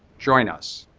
join us.